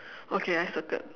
okay I circled